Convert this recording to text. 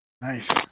Nice